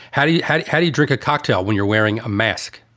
how do you how do how do you drink a cocktail when you're wearing a mask?